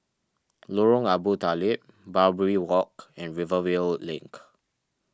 Lorong Abu Talib Barbary Walk and Rivervale Link